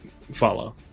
Follow